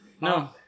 No